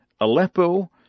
Aleppo